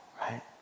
right